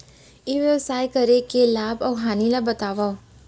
ई व्यवसाय करे के लाभ अऊ हानि ला बतावव?